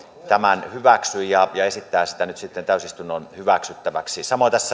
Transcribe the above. tämän hyväksyi ja esittää sitä nyt sitten täysistunnon hyväksyttäväksi samoin tässä